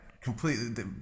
completely